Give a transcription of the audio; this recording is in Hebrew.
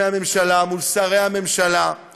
איך אתם בכלל מאפשרים את זה,